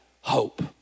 hope